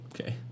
Okay